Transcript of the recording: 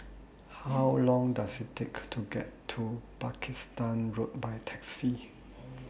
How Long Does IT Take to get to Pakistan Road By Taxi